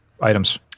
items